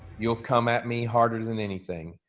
you'll come at me harder than anything.